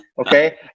okay